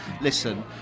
listen